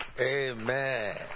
Amen